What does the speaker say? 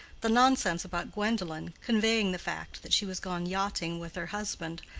the nonsense about gwendolen, conveying the fact that she was gone yachting with her husband,